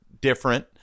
different